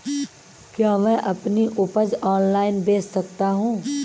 क्या मैं अपनी उपज ऑनलाइन बेच सकता हूँ?